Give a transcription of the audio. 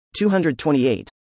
228